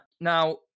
Now